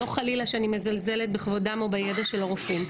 אני חלילה לא מזלזלת בכבודם ובידע של הרופאים,